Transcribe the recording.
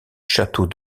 château